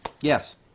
Yes